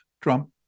Trump